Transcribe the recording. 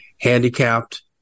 handicapped